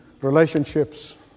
relationships